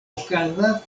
okazas